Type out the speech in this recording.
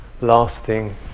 lasting